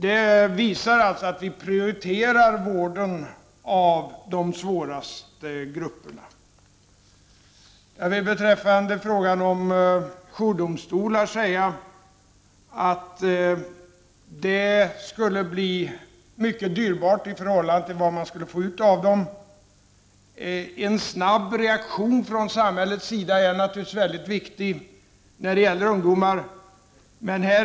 Det visar alltså att vården av de svårast drabbade grupperna prioriteras. Det som föreslås beträffande jourdomstolar skulle bli mycket dyrbart i förhållande till vad man skulle få ut av dem. En snabb reaktion från samhällets sida när det gäller ungdomar är naturligtvis mycket viktig.